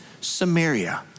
Samaria